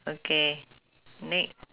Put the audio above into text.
okay next